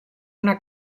una